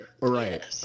right